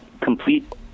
complete